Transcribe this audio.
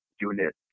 unit